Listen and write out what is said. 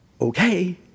okay